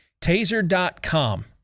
Taser.com